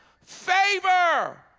favor